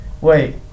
Wait